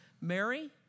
Mary